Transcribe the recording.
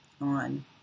on